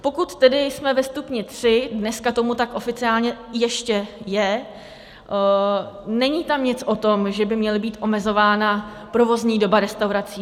Pokud tedy jsme ve stupni tři, dneska tomu tak oficiálně ještě je, není tam nic o tom, že by měla být omezována provozní doba restaurací.